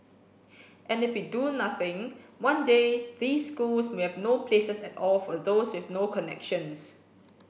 and if we do nothing one day these schools may have no places at all for those with no connections